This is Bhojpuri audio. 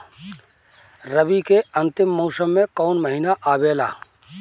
रवी के अंतिम मौसम में कौन महीना आवेला?